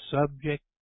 subject